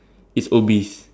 it's obese